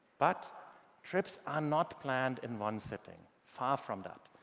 but trips are not planned in one sitting. far from that.